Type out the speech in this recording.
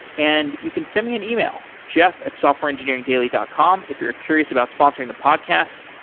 and you can send me an email, jeff at softwareengineeringdaily dot com if you're curious about sponsoring the podcast,